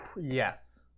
Yes